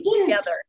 together